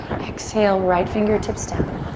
exhale, right fingertips down.